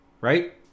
right